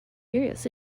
serious